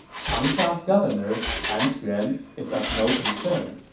changsha's governor, han xuan, is of no concern,